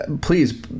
Please